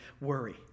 worry